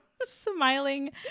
smiling